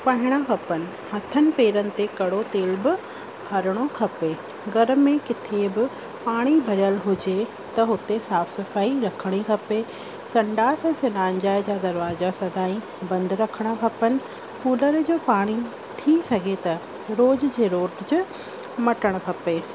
पाइणा खपनि हथनि पेरनि ते कड़ो तेल बि हणिणो खपे घर में किथे बि पाणी भरियलु हुजे त हुते साफ़ सफ़ाई रखणी खपे संडास सडांजा जा दरवाज़ा सदा ई बंदि रखिणा खपनि कूलर जो पाणी थी सघे त रोज़ जे रोज़ मटणु खपे